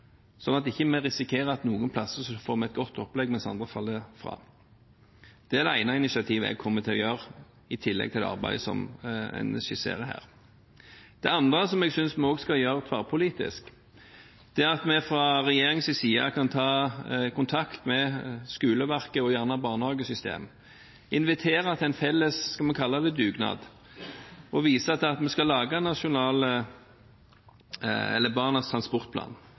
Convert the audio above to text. vi ikke risikerer at noen plasser får et godt opplegg mens andre ikke får det. Det er det ene initiativet jeg kommer til å ta, i tillegg til det arbeidet som en skisserer her. Det andre som jeg synes vi også skal gjøre tverrpolitisk, er at vi fra regjeringens side kan ta kontakt med skoleverket og gjerne også barnehagesystemet, invitere til en felles, skal vi kalle det, dugnad og vise til at vi skal lage Barnas transportplan som en del av Nasjonal transportplan,